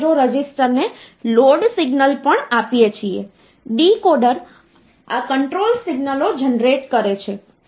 તેથી તમે આ 2 D ને કન્વર્ટ કરી શકો છો અને એ તપાસી શકો છો કે તે ખરેખર હેકઝાડેસિમલ નંબર સિસ્ટમ 2 ગુણ્યાં 16 વત્તા D માં રજૂ કરે છે જે D 13 છે